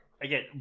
again